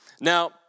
Now